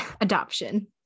adoption